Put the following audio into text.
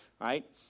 right